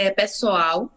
pessoal